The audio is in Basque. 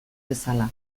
bezala